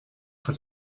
for